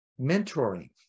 mentoring